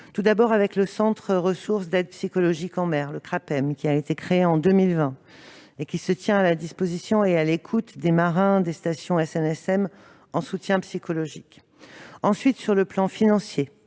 Tout d'abord, le Centre ressource d'aide psychologique en mer, le Crapem, créé en 2020, se tient à la disposition et à l'écoute des marins des stations SNSM en soutien psychologique. « Ensuite, sur le plan financier,